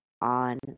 on